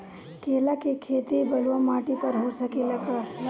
केला के खेती बलुआ माटी पर हो सकेला का?